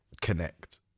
connect